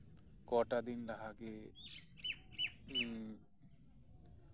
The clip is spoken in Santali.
ᱠᱚᱴᱟ ᱫᱤᱱ ᱞᱟᱦᱟ ᱜᱮ ᱤᱧ